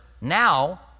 now